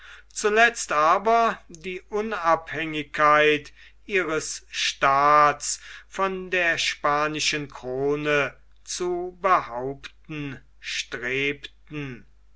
zuletzt aber die unabhängigkeit ihres staats von der spanischen krone zu behaupten strebten